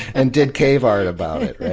and did cave art about it, right?